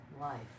life